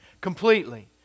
completely